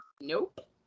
Nope